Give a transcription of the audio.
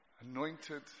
anointed